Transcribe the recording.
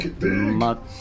Mutt